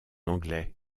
anglais